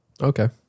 Okay